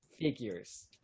figures